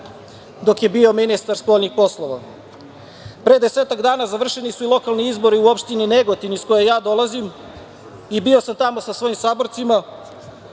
dok je bio ministar spoljnih poslova. Pre desetak dana završeni su i lokalni izbori u opštini Negotin, iz koje ja dolazim, i bio sam tamo sa svojim saborcima.